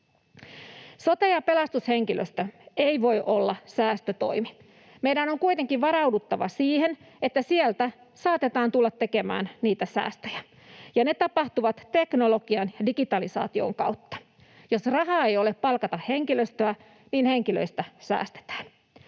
Sote- ja pelastushenkilöstö ei voi olla säästötoimi. Meidän on kuitenkin varauduttava siihen, että sieltä saatetaan tulla tekemään säästöjä, ja ne tapahtuvat teknologian ja digitalisaation kautta. Jos rahaa ei ole palkata henkilöstöä, niin henkilöistä säästetään.